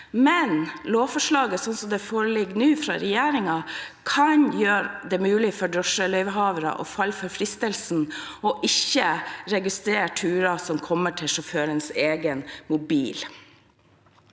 fra regjeringen, kan gjøre det mulig for drosjeløyvehavere å falle for fristelsen og ikke registrere turer som kommer til sjåførens egen mobil.